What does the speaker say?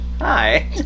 Hi